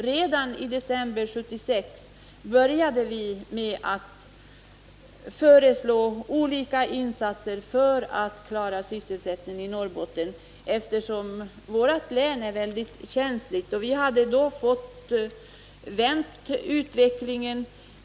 Redan i december 1976 började vi föreslå olika insatser för att klara sysselsättningen i Norrbotten, eftersom vårt län är väldigt känsligt. Vi hade då kunnat vända utvecklingen, om vi hade fått stöd.